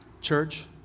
Church